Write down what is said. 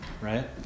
right